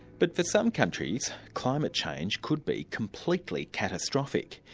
but for some countries, climate change could be completely catastrophic.